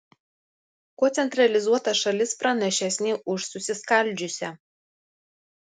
kuo centralizuota šalis pranašesnė už susiskaldžiusią